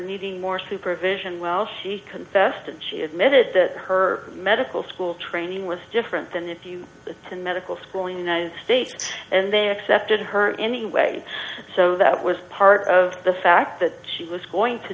needing more supervision confessed and she admitted that her medical school training was different than if you and medical schooling united states and they accepted her anyway so that was part of the fact that she was going to